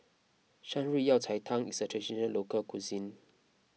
Shan Rui Yao Cai Tang is a Traditional Local Cuisine